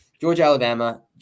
Georgia-Alabama